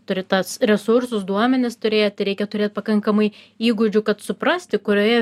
turi tas resursus duomenis turėti reikia turėt pakankamai įgūdžių kad suprasti kurioje